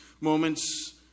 moments